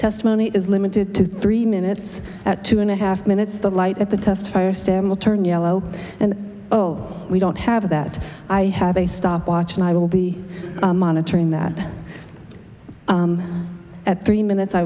testimony is limited to three minutes at two and a half minutes the light at the test fire stand will turn yellow and oh we don't have that i have a stopwatch and i will be monitoring that at three minutes i